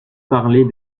parler